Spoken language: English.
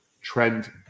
trend